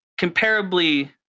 comparably